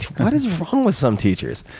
what is wrong with some teachers?